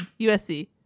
USC